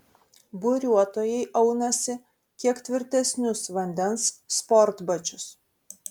buriuotojai aunasi kiek tvirtesnius vandens sportbačius